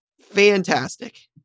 Fantastic